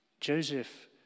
Joseph